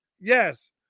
yes